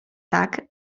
tak